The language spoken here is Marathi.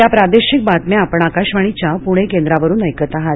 या प्रादेशिक बातम्यास आपण आकाशवाणीच्या पूणे केंद्रावरून ऐकत आहात